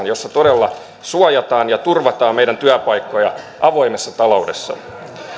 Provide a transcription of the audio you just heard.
jossa todella suojataan ja turvataan meidän työpaikkoja avoimessa taloudessa